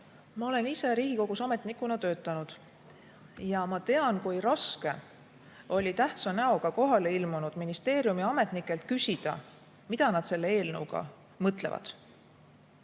Ma olen ise Riigikogus ametnikuna töötanud ja tean, kui raske oli tähtsa näoga kohale ilmunud ministeeriumiametnikelt küsida, mida nad selle eelnõuga mõtlevad.